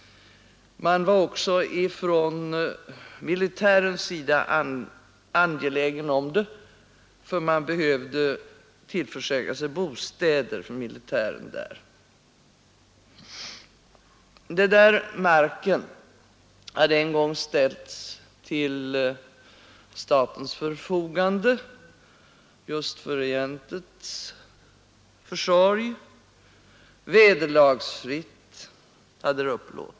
Man var också från militärens sida angelägen om det, eftersom man behövde bostäder för militären. Den där marken hade en gång vederlagsfritt upplåtits åt staten för regementets behov.